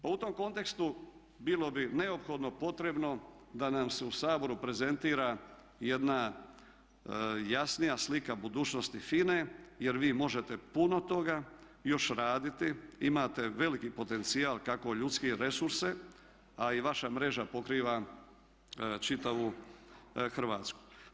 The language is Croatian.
Pa u tom kontekstu bilo bi neophodno potrebno da nam se u Saboru prezentira jedna jasnija slika budućnosti FINA-e, jer vi možete puno toga još raditi, imate veliki potencijal kako ljudske resurse, a i vaša mreža pokriva čitavu Hrvatsku.